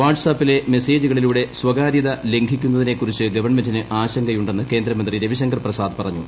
watts ആപ്പിലെ മെസേജുകളിലൂടെ സ്വകാരൃത ലംഘിക്കുന്നതിനെക്കുറിച്ച് ഗവൺമെന്റിന് ആശങ്കയുണ്ടെന്ന് ക്യേന്ദ്ര്മന്ത്രി രവിശങ്കർ പ്രസാദ് പറഞ്ഞു